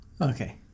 Okay